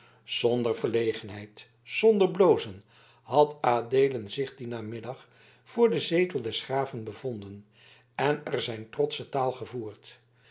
zonder verlegenheid zonder blozen had adeelen zich dien namiddag voor den zetel des graven bevonden en er zijn trotsche taal gevoerd